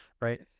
right